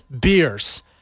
beers